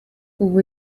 ubu